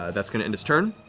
that's going to end its turn.